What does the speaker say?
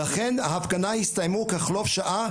ואכן ההפגנה הסתיימה כחלוף שעה,